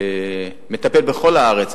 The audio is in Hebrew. שמטפל בכל הארץ,